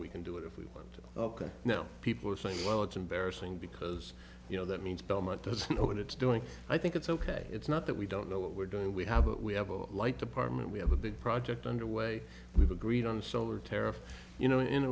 we can do it if we worked ok now people are saying well it's embarrassing because you know that means belmont doesn't know what it's doing i think it's ok it's not that we don't know what we're doing we have what we have a light department we have a big project underway we've agreed on